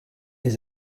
his